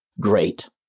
Great